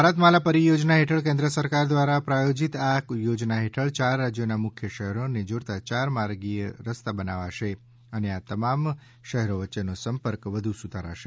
ભારતમાલા પરિયોજના હેઠળ કેન્દ્ર સરકાર દ્વારા પ્રાયોજીત આ યોજના હેઠળ ચાર રાજ્યોનાં મુખ્ય શહેરોને જોડતા યારમાર્ગી રસ્તા બનાવાશે અને આ તમામ શહેરો વચ્ચેનો સંપર્ક વધુ સુધારાશે